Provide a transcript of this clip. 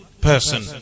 person